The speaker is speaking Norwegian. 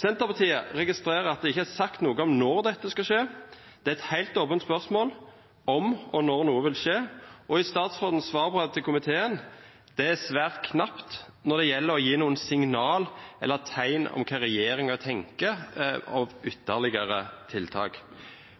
Senterpartiet registrerer at det ikke er sagt noe om når dette skal skje, det er et helt åpent spørsmål om og når noe vil skje, og statsrådens svar til komiteen er svært knapt når det gjelder å gi noen signaler eller tegn om hva regjeringen tenker seg av ytterligere tiltak.